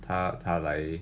他他来